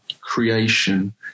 creation